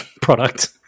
product